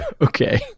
Okay